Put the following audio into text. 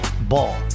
Ball